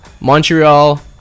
Montreal